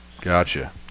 Gotcha